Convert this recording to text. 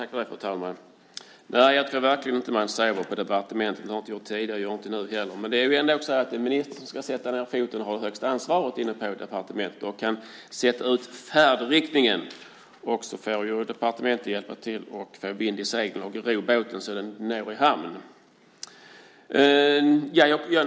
Fru talman! Jag tror verkligen inte att man sover på departementet. Det har man inte gjort tidigare, och det gör man inte nu heller. Men det är ministern som ska sätta ned foten och har högsta ansvaret på departementet. Hon kan sätta ut färdriktningen. Departementet får hjälpa till med att få vind i seglen och ro båten i hamn.